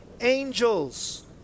angels